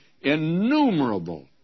innumerable